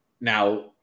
now